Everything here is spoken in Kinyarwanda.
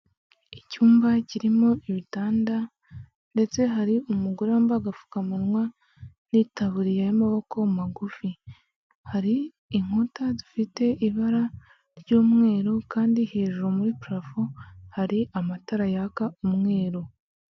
Icyumba kirimo ibitanda ndetse hari umugore wamba agapfukamunwa n'itaburiye y'amaboko magufi hari inkuta zifite ibara ry'umweru kandi hejuru muri parafo hari amatara yaka umweru.